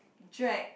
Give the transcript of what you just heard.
drag